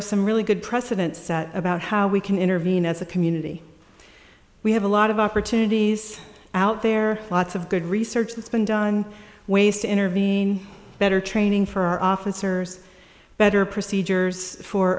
are some really good precedent set about how we can intervene as a community we have a lot of opportunities out there lots of good research that's been done ways to intervene better training for our officers better procedures for